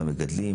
מהמגדלים,